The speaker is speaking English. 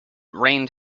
rained